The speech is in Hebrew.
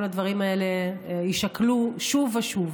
כל הדברים האלה יישקלו שוב ושוב.